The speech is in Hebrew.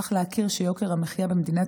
צריך להכיר בכך שיוקר המחיה במדינת